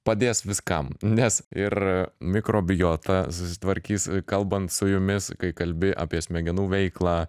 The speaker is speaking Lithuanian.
padės viskam nes ir mikrobiota susitvarkys kalbant su jumis kai kalbi apie smegenų veiklą